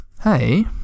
Hey